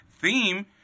theme